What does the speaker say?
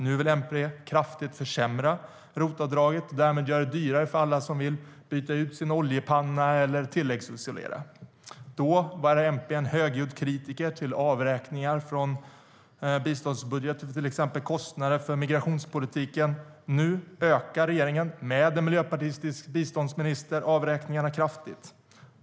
Nu vill MP kraftigt försämra ROT-avdraget och därmed göra det dyrare för alla som vill byta ut sin oljepanna eller tilläggsisolera. Då var MP en högljudd kritiker till avräkningar från biståndsbudgeten för till exempel kostnader för migrationspolitiken. Nu ökar regeringen med en miljöpartistisk biståndsminister avräkningarna kraftigt.